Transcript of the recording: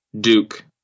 Duke